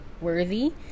worthy